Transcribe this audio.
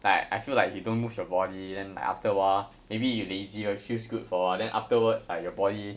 like I feel like you don't move your body then like after awhile maybe you lazy or it feels good for awhile then afterwards like your body